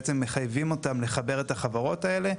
בעצם מחייבים אותם לחבר את החברות האלה.